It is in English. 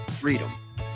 freedom